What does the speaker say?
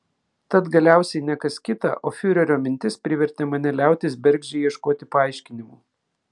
tad galiausiai ne kas kita o fiurerio mintis privertė mane liautis bergždžiai ieškoti paaiškinimų